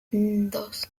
dos